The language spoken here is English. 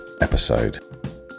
episode